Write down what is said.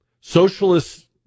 Socialists